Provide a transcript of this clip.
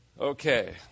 Okay